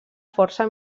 força